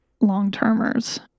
long-termers